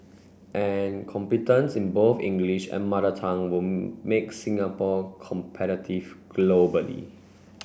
and competence in both English and Mother Tongue will make Singapore competitive globally